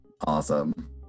Awesome